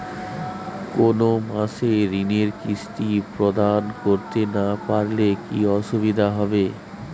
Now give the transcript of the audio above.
কোনো মাসে ঋণের কিস্তি প্রদান করতে না পারলে কি অসুবিধা হবে?